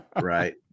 Right